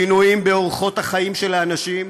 שינויים באורחות החיים של האנשים,